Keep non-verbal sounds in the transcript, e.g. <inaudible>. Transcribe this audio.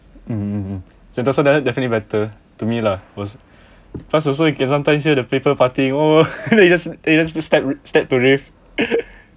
mm sentosa de~ definitely better to me lah plus also you can sometimes hear the people partying oh <laughs> they just they just step step to riff